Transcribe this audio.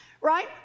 right